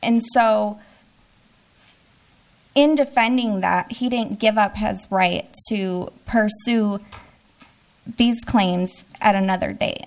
and so in defending that he didn't give up has a right to pursue these claims at another day